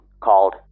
called